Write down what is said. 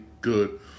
good